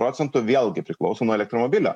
procentų vėlgi priklauso nuo elektromobilio